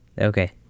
Okay